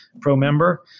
pro-member